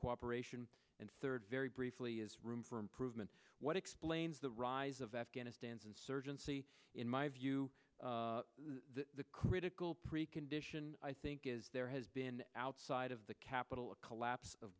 cooperation and third very briefly is room for improvement what explains the rise of afghanistan's insurgency in my view the critical precondition i think is there has been out side of the capitol a collapse of